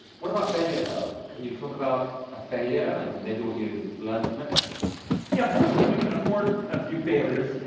what about failure, though? can you talk about a failure and maybe what you've learned from it? bg yeah. fortunately, we can afford a few failures,